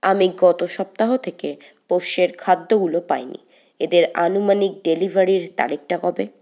আমি গত সপ্তাহ থেকে পোষ্যের খাদ্যগুলো পাই নি এদের আনুমানিক ডেলিভারির তারিখটা কবে